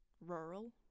rural